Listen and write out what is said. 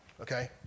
okay